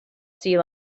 sea